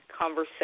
conversation